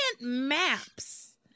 maps